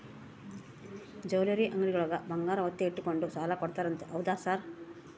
Jewellery ಅಂಗಡಿಯೊಳಗ ಬಂಗಾರ ಒತ್ತೆ ಇಟ್ಕೊಂಡು ಸಾಲ ಕೊಡ್ತಾರಂತೆ ಹೌದಾ ಸರ್?